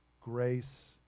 grace